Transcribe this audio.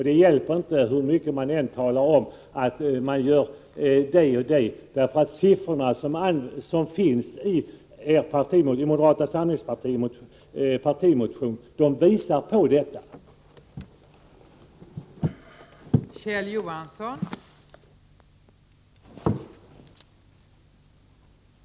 Det hjälper inte hur mycket man än talar om att man gör det och det, för siffrorna som finns i moderata samlingspartiets partimotion visar vilka effekterna blir.